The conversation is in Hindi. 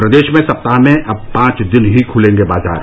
प्रदेश में सप्ताह में अब पांच दिन ही खुलेंगे बाजार